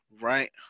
right